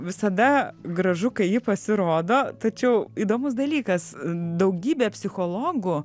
visada gražu kai ji pasirodo tačiau įdomus dalykas daugybė psichologų